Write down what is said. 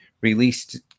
released